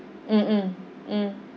mm mm mm